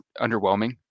underwhelming